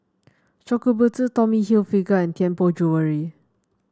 Shokubutsu Tommy Hilfiger and Tianpo Jewellery